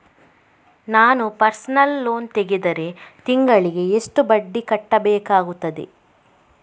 ನಾನು personal loan ತೆಗೆದರೆ ತಿಂಗಳಿಗೆ ಎಷ್ಟು ಬಡ್ಡಿ ಕಟ್ಟಬೇಕಾಗುತ್ತದೆ?